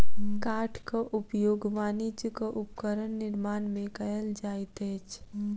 काठक उपयोग वाणिज्यक उपकरण निर्माण में कयल जाइत अछि